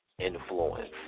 influence